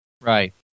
Right